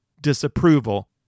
disapproval